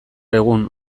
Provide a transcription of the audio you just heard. egun